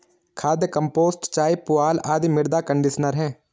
खाद, कंपोस्ट चाय, पुआल आदि मृदा कंडीशनर है